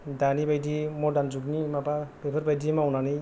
दानि बादि मदार्न जुगनि माबा बेफोर बादि मावनानै